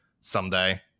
someday